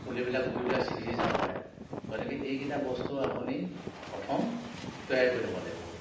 পুলিবিলাক গুৰিবিলাক ছিগি যাব পাৰে গতিকে এইকেইটা বস্তু আপুনি প্ৰথম তৈয়াৰ কৰি ল'ব লাগিব